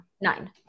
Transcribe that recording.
nine